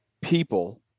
people